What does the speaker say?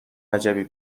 وجبی